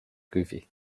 goofy